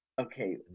Okay